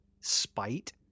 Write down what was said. spite